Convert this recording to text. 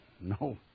No